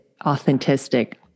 authentic